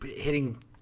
hitting